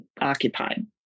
occupied